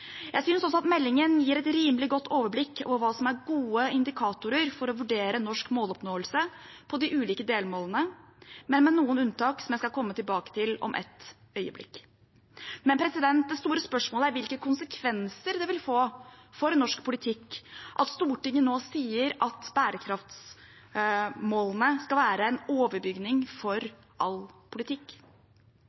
Jeg synes også at meldingen gir et rimelig godt overblikk over hva som er gode indikatorer for å vurdere norsk måloppnåelse på de ulike delmålene – men med noen unntak, som jeg skal komme tilbake til om et øyeblikk. Men det store spørsmålet er hvilke konsekvenser det vil få for norsk politikk at Stortinget nå sier at bærekraftsmålene skal være en overbygning for all politikk.